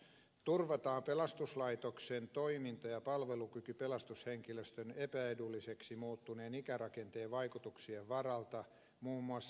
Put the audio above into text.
turvataan pelastuslaitosten toiminta ja palvelukyky pelastushenkilöstön epäedulliseksi muuttuneen ikärakenteen vaikutuksien varalta muun muassa